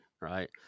right